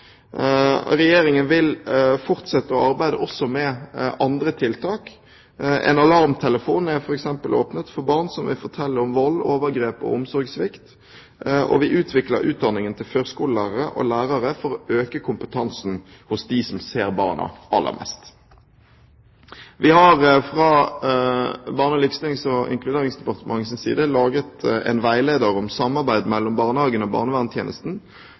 Regjeringen vil fortsette å arbeide også med andre tiltak. En alarmtelefon er f.eks. åpnet for barn som vil fortelle om vold, overgrep og omsorgssvikt, og vi utvikler utdanningen til førskolelærere og lærere for å øke kompetansen hos dem som ser barna aller mest. Vi har fra Barne-, likestillings og inkluderingsdepartementets side laget en veileder om samarbeid mellom barnehagen og